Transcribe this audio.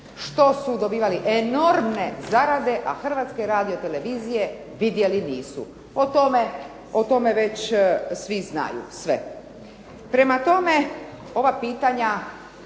što su dobivali enormne zarade, a Hrvatske radiotelevizije vidjeli nisu. O tome već svi znaju sve. Prema tome, ova pitanja